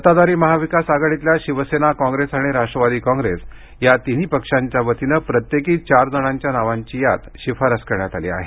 सत्ताधारि महा विकास आघाडितल्या शिवसेना काँप्रेस आणि राष्ट्रवादी काँप्रेस या तिन्ही पक्षांच्या वतीनं प्रत्येकी चार जणांच्या नावांची यात शिफारस करण्यात आली आहे